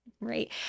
right